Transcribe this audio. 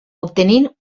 obtenint